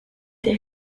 des